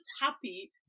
happy